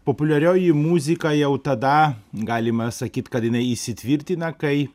populiarioji muzika jau tada galima sakyt kad jinai įsitvirtina kai